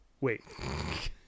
Wait